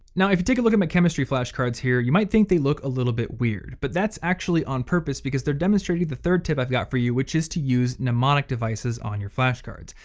now, if you take a look at my chemistry flashcards here, you might think they look a little bit weird. but that's actually on purpose because they're demonstrating the third tip i've got for you, which is to use mnemonic devices on your flashcards.